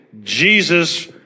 Jesus